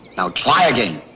now try again.